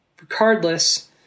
Regardless